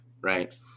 right